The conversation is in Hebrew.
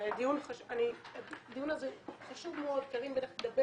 הדיון הזה חשוב מאוד כי אני הולכת לדבר